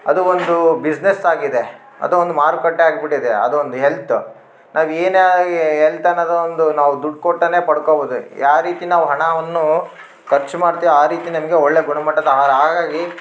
ಅದು ಒಂದು ಬಿಸ್ನೆಸ್ ಆಗಿದೆ ಅದು ಒಂದು ಮಾರುಕಟ್ಟೆ ಆಗಿಬಿಟ್ಟಿದೆ ಅದು ಒಂದು ಹೆಲ್ತ್ ಅದು ಏನೇ ಆಗಿ ಹೆಲ್ತ್ ಅನ್ನೋದು ಒಂದು ನಾವು ದುಡ್ಡು ಕೊಟ್ರೇನೆ ಪಡ್ಕೋಬೋದು ಯಾವ ರೀತಿ ನಾವು ಹಣವನ್ನು ಖರ್ಚ್ ಮಾಡ್ತೇವೆ ಆ ರೀತಿ ನಮಗೆ ಒಳ್ಳೆಯ ಗುಣಮಟ್ಟದ ಆಹಾರ ಹಾಗಾಗಿ